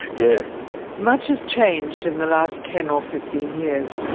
yeah much has changed in the last ten or fifteen years.